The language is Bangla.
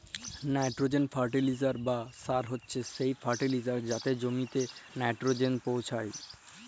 লাইটোরোজেল ফার্টিলিসার বা সার হছে সেই ফার্টিলিসার যাতে জমিললে লাইটোরোজেল পৌঁছায়